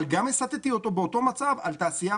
אבל גם הסטתי אותו באותו מצב על תעשייה